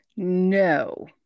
no